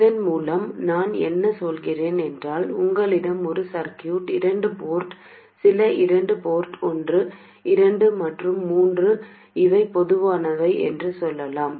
இதன் மூலம் நான் என்ன சொல்கிறேன் என்றால் உங்களிடம் ஒரு சர்க்யூட் இரண்டு போர்ட் சில இரண்டு போர்ட் ஒன்று இரண்டு மற்றும் மூன்று இவை பொதுவானவை என்று சொல்லலாம்